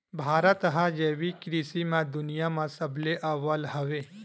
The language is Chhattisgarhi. भारत हा जैविक कृषि मा दुनिया मा सबले अव्वल हवे